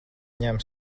ņem